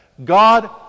God